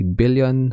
billion